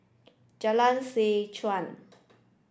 Jalan Seh Chuan